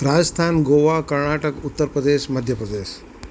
Rajasthan Goa Karnataka Uttar Pradesh Madhya Pradesh